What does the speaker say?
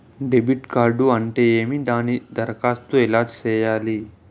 debit card అంటే ఏమి దానికి దరఖాస్తు ఎలా సేయాలి